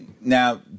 Now